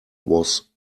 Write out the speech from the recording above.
was